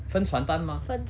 分传单吗